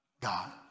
God